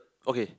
okay